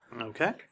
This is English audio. Okay